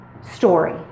story